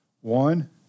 One